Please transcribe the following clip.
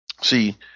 See